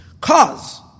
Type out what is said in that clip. cause